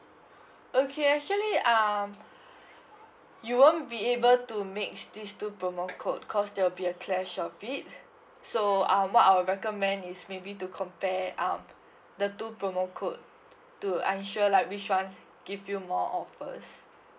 okay actually um you won't be able to make this two promote code cause there will be a clash of it so um what I'll recommend is maybe to compare um the two promo code to ensure like which ones give you more offers